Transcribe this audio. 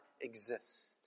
exist